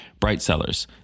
Brightsellers